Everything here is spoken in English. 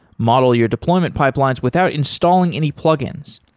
model your deployment pipelines without installing any plug-ins.